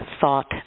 thought